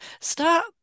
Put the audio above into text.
start